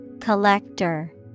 Collector